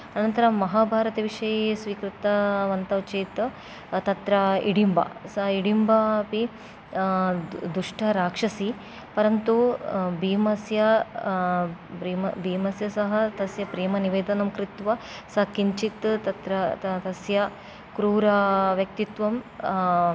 अनन्तरं महाभारतविषये स्वीकृतवन्तौ चेत् तत्र हिडिम्बा सा हिडिम्बा अपि दुष्टराक्षसी परन्तु भीमस्य भीमेन सह तस्याः प्रेमनिवेदनं कृत्वा सा किञ्चित् तत्र तस्याः क्रूरव्यक्तित्वं